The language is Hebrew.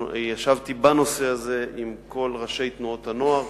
ישבתי בנושא הזה עם כל ראשי תנועות הנוער,